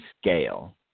scale